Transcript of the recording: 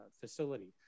facility